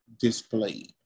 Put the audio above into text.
displayed